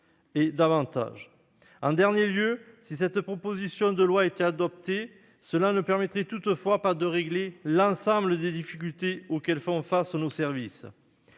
encore. Si cette proposition de loi était adoptée, cela ne permettrait toutefois pas de régler l'ensemble des difficultés auxquelles font face nos services.